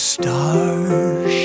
stars